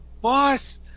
Boss